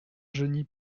genis